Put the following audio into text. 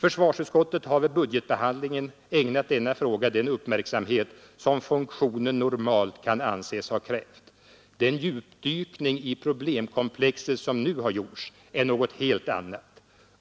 Försvarsutskottet har vid budgetbehandlingen ägnat denna fråga den uppmärksamhet som funktionen normalt kan anses ha krävt. Den djupdykning i problemkomplexet som nu har gjorts är något helt annat.